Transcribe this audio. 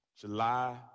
July